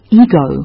ego